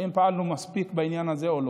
האם פעלנו מספיק בעניין הזה או לא.